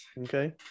Okay